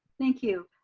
thank you.